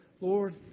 Lord